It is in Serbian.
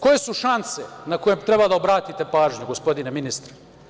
Koje su šanse na koje treba da obratite pažnju, gospodine ministre?